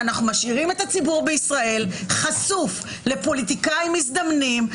אנחנו משאירים את הציבור בישראל חשוף לפוליטיקאים מזדמנים,